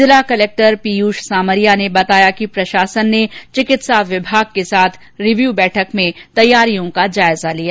जिला कलक्टर प्रयीष सामरिया ने बताया कि प्रशासन ने चिकित्सा विभाग के साथ रिव्यू बैठक में तैयारियों का जायजा लिया